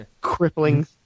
crippling